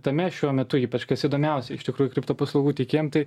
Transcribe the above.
tame šiuo metu ypač kas įdomiausia iš tikrųjų kripto paslaugų teikėjam tai